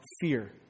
fear